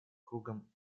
кругом